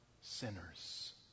sinners